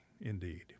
indeed